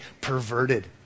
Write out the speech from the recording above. perverted